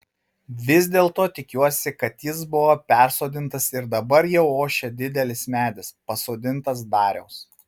vis dėlto tikiuosi kad jis buvo persodintas ir dabar jau ošia didelis medis pasodintas dariaus